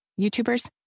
YouTubers